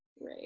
right